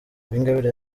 uwingabire